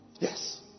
Yes